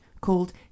called